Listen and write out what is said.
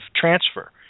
transfer